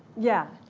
yeah.